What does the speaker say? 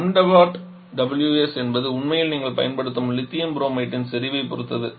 ṁws என்பது உண்மையில் நீங்கள் பயன்படுத்தும் லித்தியம் புரோமைட்டின் செறிவைப் பொறுத்தது